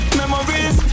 memories